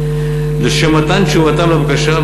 לשם מתן תשובתם על הבקשה,